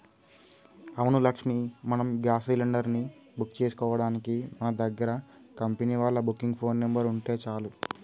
అవును లక్ష్మి మనం gas cylinder ని బుక్ చేసుకోవడానికి మన దగ్గర కంపెనీ వాళ్ళ బుకింగ్ ఫోన్ నెంబర్ ఉంటే చాలు